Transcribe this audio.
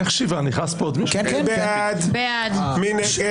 מי נגד?